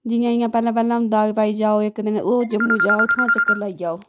जि'यां जि'यां पैह्ले होंदा के भाई जाओ इक दिन ओह् जम्मू जाओ उत्थुआं चक्कर लाई आओ